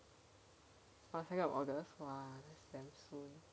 second of august !wah! that's damn soon